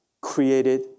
created